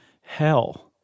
hell